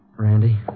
Randy